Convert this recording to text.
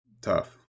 tough